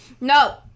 No